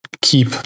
keep